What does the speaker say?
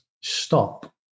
stop